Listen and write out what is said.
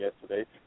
yesterday